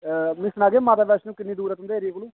मीं सनागे माता वैष्णो किन्नी दूर ऐ तुं'दे एरिये कोला